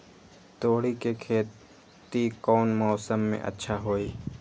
तोड़ी के खेती कौन मौसम में अच्छा होई?